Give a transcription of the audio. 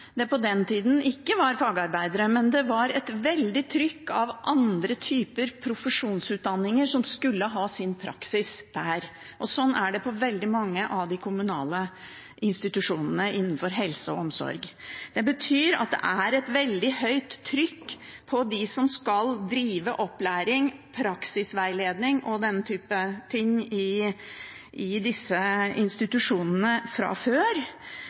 det på den tida ikke fagarbeidere, men det var et veldig trykk fra andre typer profesjonsutdanninger som skulle ha sin praksis der. Sånn er det i veldig mange av de kommunale institusjonene innenfor helse og omsorg. Det betyr at det er et veldig høyt trykk på dem som fra før skal drive opplæring, praksisveiledning osv. i disse institusjonene. I tillegg til det er det litt annerledes i